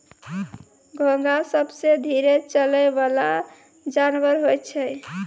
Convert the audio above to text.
घोंघा सबसें धीरे चलै वला जानवर होय छै